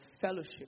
fellowship